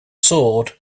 sword